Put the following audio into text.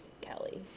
Kelly